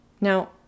Now